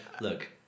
look